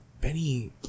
Benny